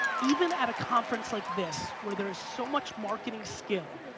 even at a conference like this, where there is so much marketing skill,